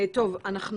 אני